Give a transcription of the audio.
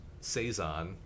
saison